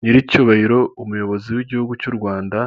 Nyiricyubahiro Umuyobozi w'Igihugu cy'u Rwanda,